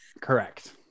Correct